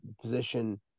position